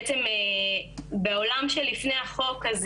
בעצם בעולם שלפני החוק הזה,